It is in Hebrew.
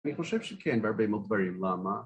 אני חושב שכן בהרבה מאוד דברים. למה?